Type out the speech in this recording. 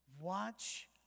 Watch